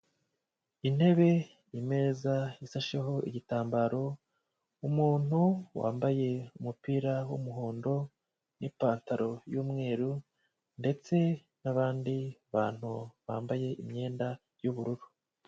Intebe, imeza ifasheho igitambaro, umuntu wambaye umupira w'umuhondo n'ipantaro yumweru ndetse n'abandi bantu bambaye imyenda y'ubururu.